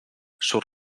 surt